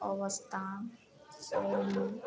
ଅବସ୍ଥା